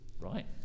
right